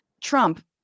Trump